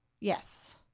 Yes